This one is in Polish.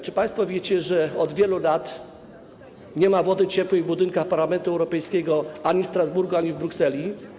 Czy państwo wiecie, że od wielu lat nie ma ciepłej wody w budynkach Parlamentu Europejskiego ani w Strasburgu, ani w Brukseli?